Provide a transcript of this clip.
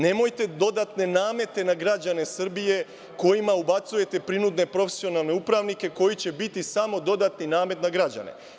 Nemojte dodatne namete na građane Srbije, kojima ubacujete prinudne profesionalne upravnike koji će biti samo dodatni namet na građane.